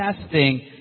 testing